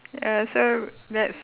ya that's why that's